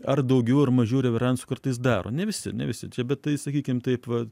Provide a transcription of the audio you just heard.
ar daugiau ar mažiau reveransų kartais daro ne visi ne visi čia bet tai sakykim taip va